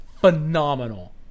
Phenomenal